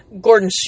Gordon